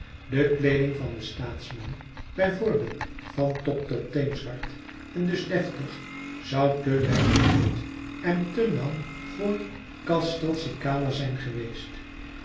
de kleeding van den staatsman bij voorbeeld van top tot teen zwart en dus deftig zou te wijd voor pitt en te nauw voor castelcicala zijn geweest